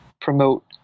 promote